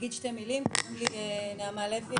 קוראים לי נעמה לוי,